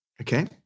Okay